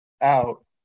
out